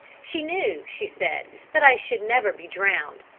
she knew, she said, that i should never be drowned.